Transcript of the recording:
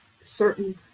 certain